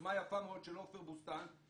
יוזמה יפה מאוד של עופר בוסתן,